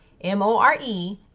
M-O-R-E